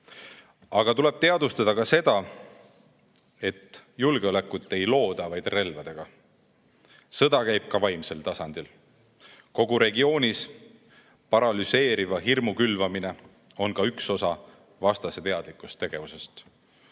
tuleb teadvustada ka seda, et julgeolekut ei looda vaid relvadega. Sõda käib ka vaimsel tasandil. Kogu regioonis paralüseeriva hirmu külvamine on üks osa vastase teadlikust tegevusest,